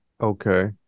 okay